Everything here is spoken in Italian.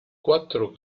quattro